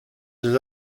ces